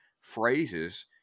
phrases